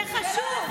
זה חשוב.